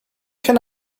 can